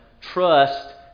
trust